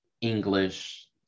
English